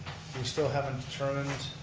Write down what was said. we still haven't determined